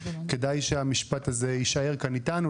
כדאי שהמשפט הזה יישאר כאן איתנו.